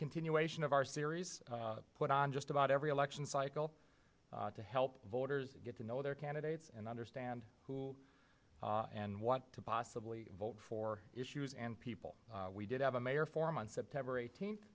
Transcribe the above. continuation of our series put on just about every election cycle to help voters get to know their candidates and understand who and what to possibly vote for issues and people we did have a mayor form on september eighteenth